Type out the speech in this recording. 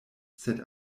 sed